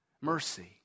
Mercy